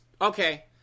Okay